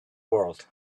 world